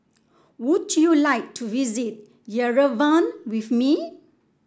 would you like to visit Yerevan with me